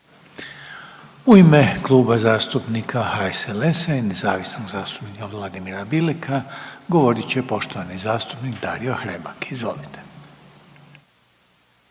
U ime Kluba zastupnika HSLS-a i nezavisnog zastupnika Vladimira Bileka govorit će poštovani zastupnik Dario Hrebak. Izvolite.